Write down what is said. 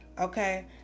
okay